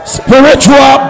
spiritual